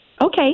Okay